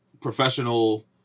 Professional